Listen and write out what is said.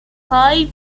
five